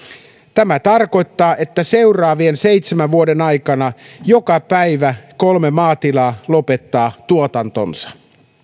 tämä tarkoittaa että seuraavien seitsemän vuoden aikana joka päivä kolme maatilaa lopettaa tuotantonsa